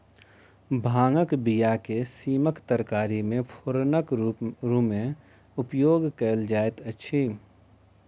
भांगक बीया के सीमक तरकारी मे फोरनक रूमे उपयोग कयल जाइत अछि